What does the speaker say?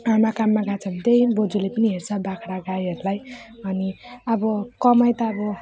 आमा काममा गएको छ भने त्यै हो बोजूले पनि हेर्छ बाख्रा गाईहरूलाई अनि अब कमाइ त अब